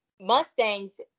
Mustangs